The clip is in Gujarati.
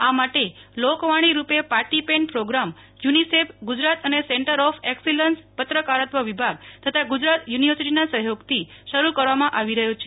આ માટે લોકવાણી રૂપે પાટી પેન પ્રોગ્રામ યુનિસેફ ગુજરાત અને સેન્ટર ઓફ એક્સીલન્સ પત્રકારત્વ વિભાગ તથા ગુજરાત યુનિવર્સિટીના સહયોગથી શરૂ કરવામાં આવી રહ્યો છે